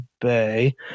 Bay